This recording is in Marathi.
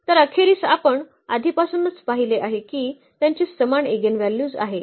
तर अखेरीस आपण आधीपासूनच पाहिले आहे की त्यांचे समान इगेनव्हल्यूज आहे